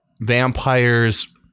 vampires